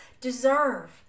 deserve